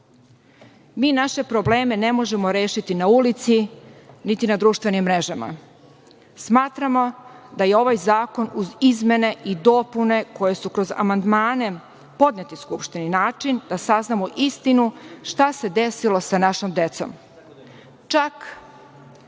„Mi naše probleme ne možemo rešiti na ulici, niti na društvenim mrežama. Smatramo da je ovaj zakon, uz izmene i dopune koje su kroz amandmane podnete Skupštini, način da saznamo istinu šta se desilo sa našom decom. Čak